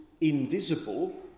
invisible